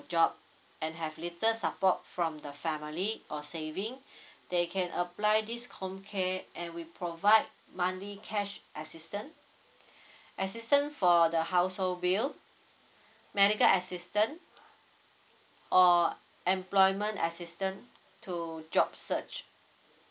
job and have little support from the family or saving they can apply this comcare and we provide monthly cash assistance assistance for the household bill medical assistance or employment assistance to job search